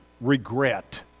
regret